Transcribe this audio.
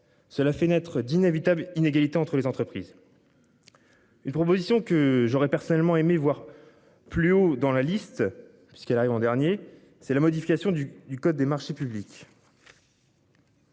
la fenêtre d'inévitables inégalités entre les entreprises. Une proposition que j'aurais personnellement aimé voir plus haut dans la liste puisqu'elle arrive en dernier, c'est la modification du du code des marchés publics.